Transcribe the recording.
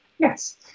Yes